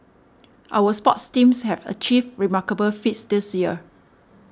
our sports teams have achieved remarkable feats this year